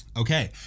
Okay